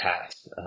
past